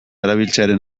erabiltzearen